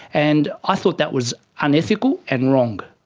and i thought that was unethical and wrong.